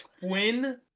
twin